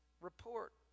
report